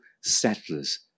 settlers